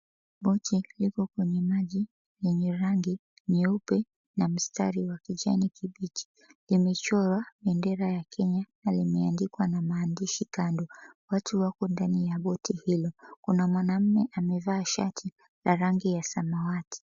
Boti liko kwenye maji lenye rangi nyeupe na mstari wa kijani kibichi. Limechorwa bendera ya Kenya na limeandikwa na maandishi kando, watu wapo ndani ya boti hilo. Kuna mwanamume amevaa shati la rangi ya samawati.